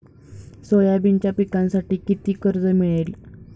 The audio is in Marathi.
सोयाबीनच्या पिकांसाठी किती कर्ज मिळेल?